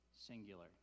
singular